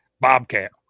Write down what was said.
Bobcat